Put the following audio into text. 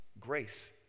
grace